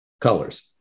Colors